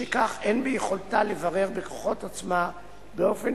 משכך אין ביכולתה לברר בכוחות עצמה באופן